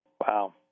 Wow